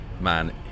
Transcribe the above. man